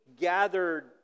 gathered